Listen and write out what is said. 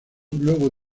luego